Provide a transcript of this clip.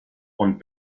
und